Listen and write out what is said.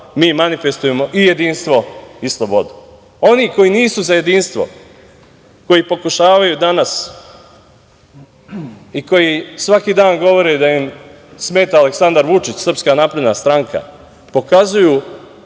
mi manifestujemo i jedinstvo i slobodu. Oni koji nisu za jedinstvo, koji pokušavaju danas i koji svaki dan govore da im smeta Aleksandar Vučić, SNS, pokazuju